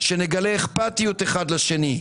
שנגלה אכפתיות אחד לשני.